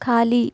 खाली